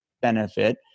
benefit